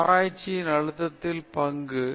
ஆராய்ச்சியில் அழுத்தத்தின் பங்கு